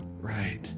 Right